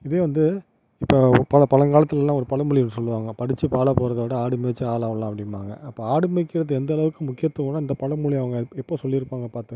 இதே வந்து இப்ப பழ பழங்காலத்திலெல்லாம் ஒரு பழமொழி சொல்லுவாங்க படிச்சுப் பாழாப் போறதைவிட ஆடு மேய்ச்சு ஆளாகலாம் அப்படிம்பாங்க இப்போ ஆடு மேய்க்கிறது எந்தளவுக்கு முக்கியத்துவம்னா இந்தப் பழமொழி அவங்க எப்போ சொல்லியிருப்பாங்க பார்த்துக்கங்க